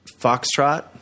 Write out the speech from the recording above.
Foxtrot